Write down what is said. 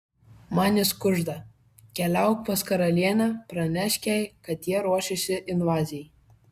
man jis kužda keliauk pas karalienę pranešk jai kad jie ruošiasi invazijai